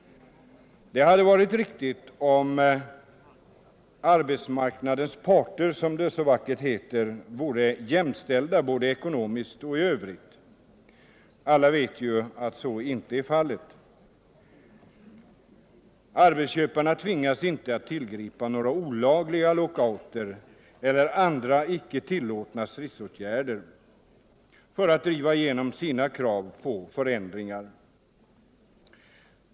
Det hade varit riktigt om arbetsmarknadens parter, som det så vackert heter, vore jämställda både ekonomiskt och i övrigt. Alla vet ju att så inte är fallet. Arbetsköparna tvingas inte att tillgripa några olagliga lockouter eller andra icke tillåtna stridsåtgärder för att driva igenom sina krav på förändringar.